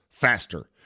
faster